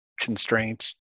constraints